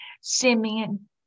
Simeon